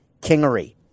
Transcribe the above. Kingery